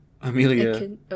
Amelia